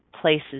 places